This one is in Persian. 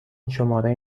شماره